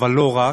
אבל לא רק,